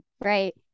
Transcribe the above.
Right